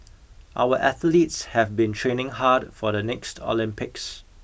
our athletes have been training hard for the next Olympics